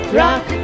rock